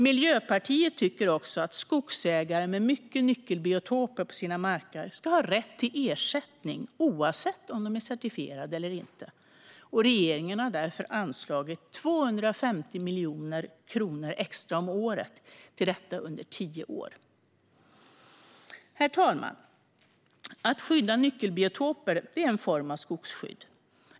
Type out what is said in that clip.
Miljöpartiet tycker också att skogsägare med mycket nyckelbiotoper på sina marker ska ha rätt till ersättning oavsett om de är certifierade eller inte. Regeringen har därför anslagit 250 miljoner kronor extra om året till detta under tio år. Herr talman! Att skydda nyckelbiotoper är en form av skogsskydd.